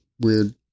weird